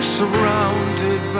surrounded